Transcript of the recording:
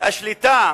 השליטה